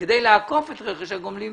כדי לעקוף את רכש הגומלין,